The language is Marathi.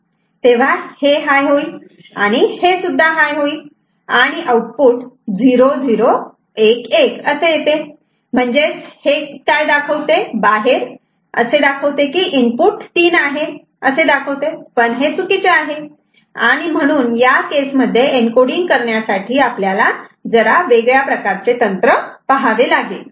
तेव्हा हे हाय होईल आणि हे सुद्धा हाय होईल आणिआउटपुट 0011 असे येते आणि हे बाहेर इनपुट 3 आहे असे दाखवते पण हे चुकीचे आहे आणि म्हणून या केस मध्ये एनकोडिंग करण्यासाठी आपल्यालाला वेगळ्या प्रकारचे तंत्र पहावे लागेल